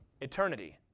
eternity